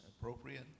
appropriate